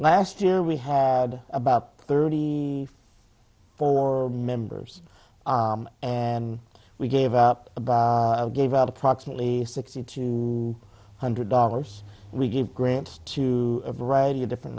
last year we had about thirty four members and we gave up gave out approximately sixty two hundred dollars we gave grants to variety of different